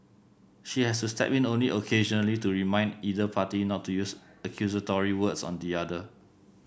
she has to step in only occasionally to remind either party not to use accusatory words on the other